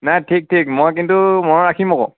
নাই ঠিক ঠিক মই কিন্তু মনত ৰাখিম আকৌ